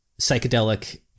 psychedelic